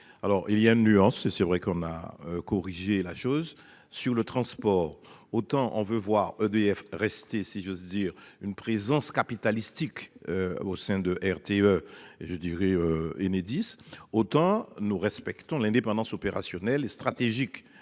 il y a une nuance, c'est vrai qu'on a corrigé la chose sur le transport, autant on veut voir EDF rester si j'ose dire, une présence capitalistique au sein de RTE. Et je dirais Enedis autant nous respectons l'indépendance opérationnelle et stratégique.